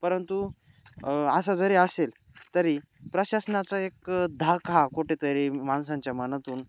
परंतु असं जरी असेल तरी प्रशासनाचा एक धाक हा कुठेतरी माणसांच्या मनातून